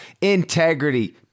integrity